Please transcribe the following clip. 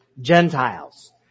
Gentiles